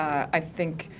i think,